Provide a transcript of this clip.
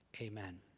amen